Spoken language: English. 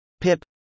Pip